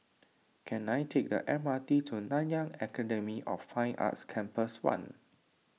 can I take the M R T to Nanyang Academy of Fine Arts Campus one